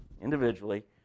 individually